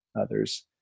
others